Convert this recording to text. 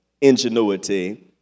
ingenuity